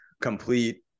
complete